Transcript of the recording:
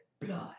blood